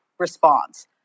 Response